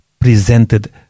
presented